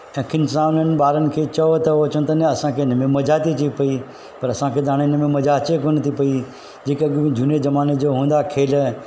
अखियुनि सां उन ॿारनि खे चओ त हू चवनि था न असांखे हिन में मज़ा थी अचे पई पर असांखे त हाणे हिन में मज़ा अचे कोन थी पई जेका झूने ज़माने जो हूंदा खेल